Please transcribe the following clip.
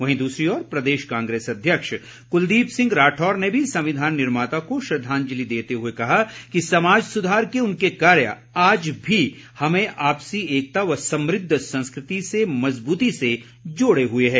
वहीं दूसरी ओर प्रदेश कांग्रेस अध्यक्ष कुलदीप सिंह राठौर ने भी संविधान निर्माता को श्रद्वांजलि देते हुए कहा कि समाज सुधार के उनके कार्य आज भी हमें आपसी एकता व समृद्व संस्कृति से मज़बूती से जोड़े हुए है